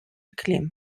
kliem